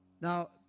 Now